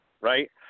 Right